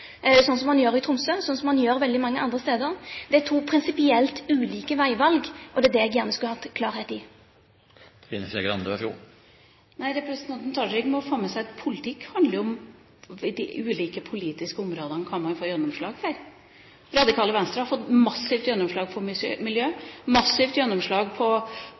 sånn som man gjør i Tromsø, og sånn som man gjør veldig mange andre steder. Det er to prinsipielt ulike veivalg, og det er det jeg gjerne skulle hatt klarhet i. Representanten Tajik må få med seg at politikk handler om hva man kan få gjennomslag for på ulike politiske områder. Radikale Venstre har fått massivt gjennomslag på miljø, massivt gjennomslag på